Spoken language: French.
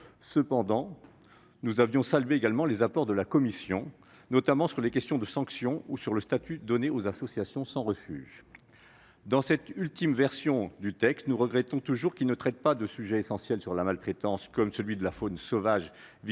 Cependant, nous avions salué certains apports de notre commission, notamment sur la question des sanctions ou sur le statut donné aux associations sans refuge. Quant à cette ultime version du texte, nous regrettons toujours qu'elle ne traite pas de sujets essentiels pour la lutte contre la maltraitance, comme ceux de la faune sauvage victime